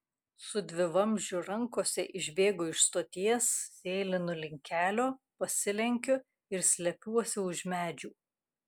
su dvivamzdžiu rankose išbėgu iš stoties sėlinu link kelio pasilenkiu ir slepiuosi už medžių